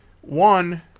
one